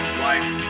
life